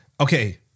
Okay